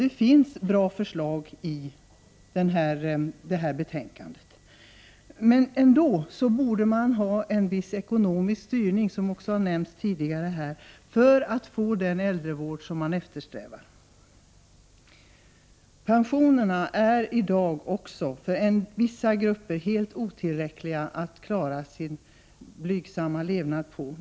Det finns bra förslag i det betänkande vi nu behandlar. Vi borde ändå ha viss ekonomisk styrning för att få den äldrevård som vi eftersträvar. Även pensionerna är i dag för vissa grupper helt otillräckliga för att de skall klara sin blygsamma levnad på dem.